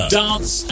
dance